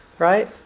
Right